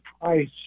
price